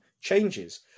changes